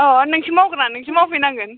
अ' नोंसो मावग्रा नोंसो मावफै नांगोन